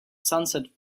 sunset